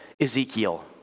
Ezekiel